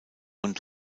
und